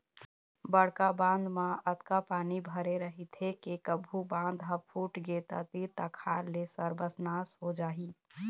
बड़का बांध म अतका पानी भरे रहिथे के कभू बांध ह फूटगे त तीर तखार के सरबस नाश हो जाही